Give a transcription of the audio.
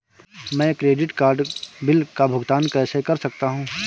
मैं credit card bill का भुगतान कैसे कर सकता हूं?